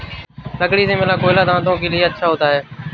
लकड़ी से मिला कोयला दांतों के लिए भी अच्छा होता है